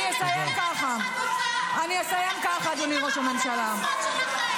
--- אני אסיים ככה, אדוני ראש הממשלה.